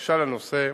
שהתבקשה לנושא,